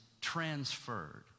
transferred